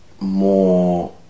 more